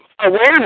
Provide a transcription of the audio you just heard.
awareness